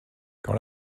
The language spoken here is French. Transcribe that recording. quand